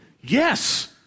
Yes